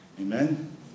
Amen